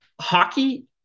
Hockey –